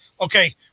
Okay